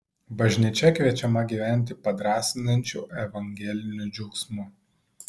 bažnyčia kviečiama gyventi padrąsinančiu evangeliniu džiaugsmu